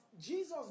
Jesus